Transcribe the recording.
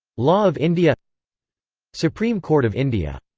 law of india supreme court of india